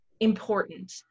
Important